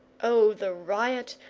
oh, the riot,